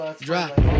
Drop